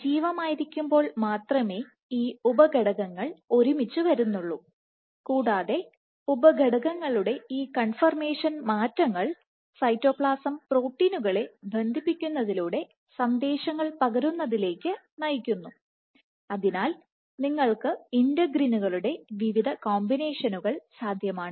സജീവമായിരിക്കുമ്പോൾ മാത്രമേ ഈ ഉപ ഘടകങ്ങൾ ഒരുമിച്ച്വരുന്നുള്ളൂ കൂടാതെ ഉപ ഘടകങ്ങളുടെ ഈ കൺഫർമേഷൻ മാറ്റങ്ങൾ സൈറ്റോപ്ലാസം പ്രോട്ടീനുകളെ ബന്ധിപ്പിക്കുന്നതിലൂടെ സന്ദേശങ്ങൾ പകരുന്നതിലേക്ക് നയിക്കുന്നു അതിനാൽ നിങ്ങൾക്ക് ഇന്റഗ്രിനുകളുടെ വിവിധ കോമ്പിനേഷനുകൾ സാധ്യമാണ്